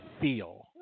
feel